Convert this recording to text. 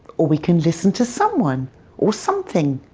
or we can listen to someone or something,